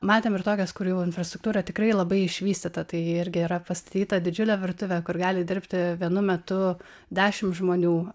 matėm ir tokias kur jau infrastruktūra tikrai labai išvystyta tai irgi yra pastatyta didžiulė virtuvė kur gali dirbti vienu metu dešim žmonių